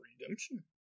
redemption